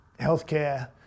Healthcare